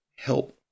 Help